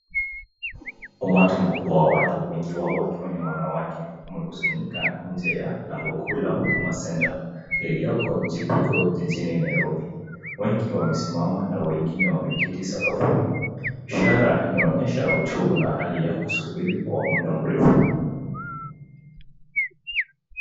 Umati mkubwa wa watu ,wengi wao wakiwa wanawake wamekusanyika nje ya lango kuu la Huduma Centre iliyoko CPO jijini Nairobi . Wengi wamesimama na wengine wameketi sakafuni ishara inaonyesha uchovu na hali ya kusibiri kwa muda mrefu.